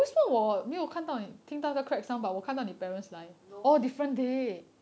no